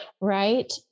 right